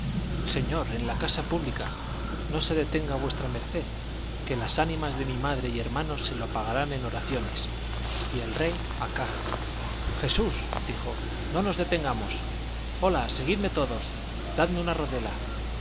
señor en la casa pública no se detenga v md que las ánimas de mi madre y hermano se lo pagarán en oraciones y el rey acá jesús dijo no nos detengamos hola seguidme todos dadme una rodela